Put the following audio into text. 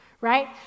right